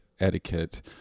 etiquette